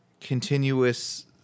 continuous